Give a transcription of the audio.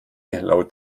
laut